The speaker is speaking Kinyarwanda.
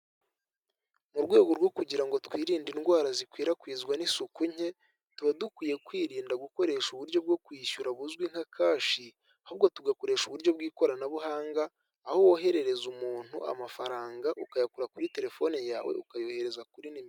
Mu rwego rwo kugira ngo twirinde indwara zikwirakwizwa n'isuku nke tuba dukwiye kwirinda gukoresha uburyo bwo kwishyura buzwi nka kashi, ahubwo tugakoresha uburyo bw'ikoranabuhanga aho woherereza umuntu amafaranga ukayakura kuri telefone yawe ukayohereza kuri nimero.